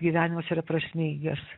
gyvenimas yra prasmingas